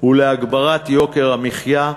ולהגברת יוקר המחיה,